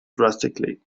drastically